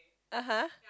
(uh huh)